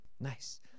Nice